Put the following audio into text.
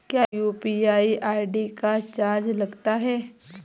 क्या UPI ID का charge लगता है?